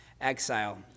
exile